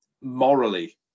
morally